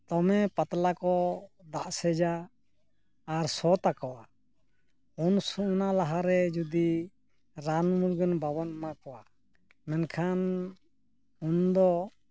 ᱫᱚᱢᱮ ᱯᱟᱛᱞᱟ ᱠᱚ ᱫᱟᱜᱥᱮᱫᱟ ᱟᱨ ᱥᱚ ᱛᱟᱠᱚᱣᱟ ᱩᱱ ᱥᱚ ᱚᱱᱟ ᱞᱟᱦᱟ ᱨᱮ ᱡᱩᱫᱤ ᱨᱟᱱᱼᱢᱩᱨᱜᱟᱹᱱ ᱵᱟᱵᱚᱱ ᱮᱢᱟ ᱠᱚᱣᱟ ᱢᱮᱱᱠᱷᱟᱱ ᱩᱱ ᱫᱚ